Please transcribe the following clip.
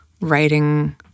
writing